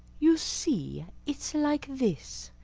you see, it's like this.